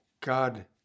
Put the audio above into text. God